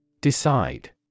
Decide